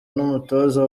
n’umutoza